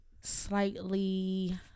slightly